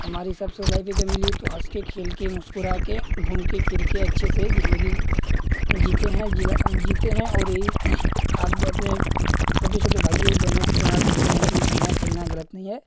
हमारी सबसे लाइफ अगर मिली है तो हँस कर खेल के मुस्कुरा कर घूम कर फिर कर अच्छे से जिंदगी जीते हैं जिला जीते हैं और यही आप अपने छोटे छोटे भाइयों बह नों को प्रेरणा देते हैं कि घूमना फिरना गलत नहीं है